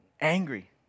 angry